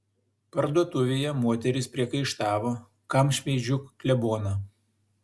parduotuvėje moterys priekaištavo kam šmeižiu kleboną